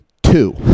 Two